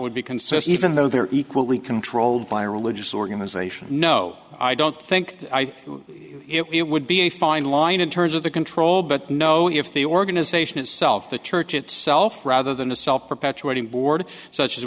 would be concession even though they're equally controlled by a religious organisation no i don't think it would be a fine line in terms of the control but no if the organisation itself the church itself rather than a self perpetuating board such as